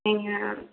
நீங்கள்